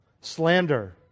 slander